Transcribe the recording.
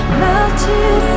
melted